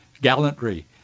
gallantry